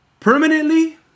permanently